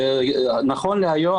נכון להיום,